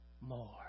more